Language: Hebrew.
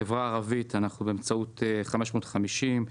החברה הערבית באמצעות 550,